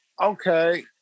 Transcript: Okay